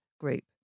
group